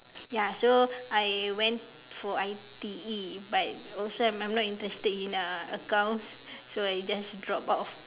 ya so I went for I_T_E but also I'm not interested in uh accounts so I just drop out of